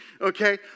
okay